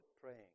praying